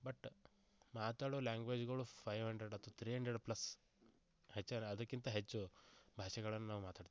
but ಮಾತಾಡೋ ಲ್ಯಾಂಗ್ವೇಜ್ಗಳು five hundred ಅಥ್ವ ತ್ರೀ ಹಂಡ್ರೆಡ್ ಪ್ಲಸ್ ಹೆಚ್ಚರೇ ಅದಕ್ಕಿಂತ ಹೆಚ್ಚು ಭಾಷೆಗಳನ್ನು ನಾವು ಮಾತಾಡ್ತೇವೆ